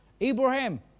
abraham